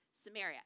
Samaria